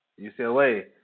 UCLA